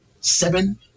seven